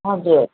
हजुर